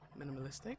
minimalistic